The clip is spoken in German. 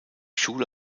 schule